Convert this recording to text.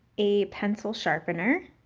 a pencil sharpener,